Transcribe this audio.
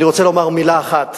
אני רוצה לומר מלה אחת